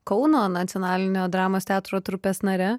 kauno nacionalinio dramos teatro trupės nare